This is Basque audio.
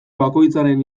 bakoitzaren